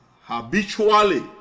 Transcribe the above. habitually